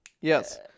Yes